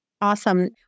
Awesome